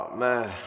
man